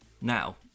Now